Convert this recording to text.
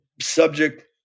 subject